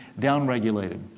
downregulated